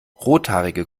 rothaarige